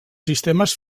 sistemes